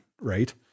Right